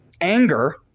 anger